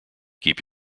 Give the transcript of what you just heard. keep